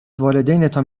والدینتان